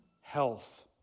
health